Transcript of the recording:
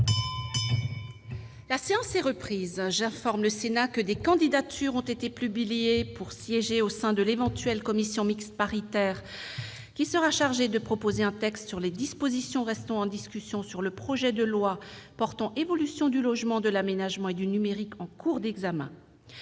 est reprise. J'informe le Sénat que des candidatures ont été publiées pour siéger au sein de l'éventuelle commission mixte paritaire qui sera chargée de proposer un texte sur les dispositions restant en discussion du projet de loi portant évolution du logement, de l'aménagement et du numérique en cours d'examen.